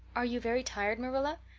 are you very tired, marilla?